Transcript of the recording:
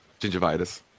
Gingivitis